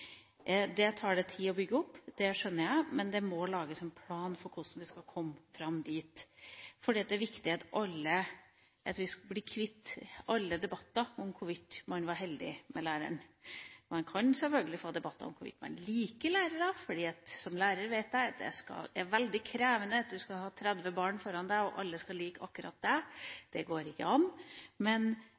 Det tar tid å bygge det opp – det skjønner jeg – men det må lages en plan for hvordan vi skal komme dit, for det er viktig at vi blir kvitt alle debatter om hvorvidt man var heldig med læreren. Man kan sjølsagt få debatter om hvorvidt man liker læreren – som lærer vet jeg at det er veldig krevende å ha 30 barn foran seg, som alle skal like akkurat deg. Det går ikke an. Men